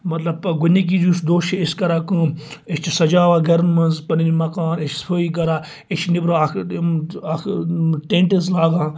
مَطلَب گۄڈٕنِکہِ یُس دۄہ چھ أسۍ کَران کٲم أسۍ چھِ سَجاوان گَرَن منٛز پَنٕنۍ مَکان أسۍ چھِ صفٲیی کَران أسۍ چھِ نٮ۪برٕ اَکھ یِم اَکھ ٹیٚنٹٕس لاگان